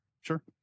Sure